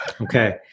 Okay